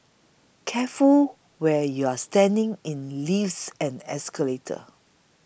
careful where you're standing in lifts and escalators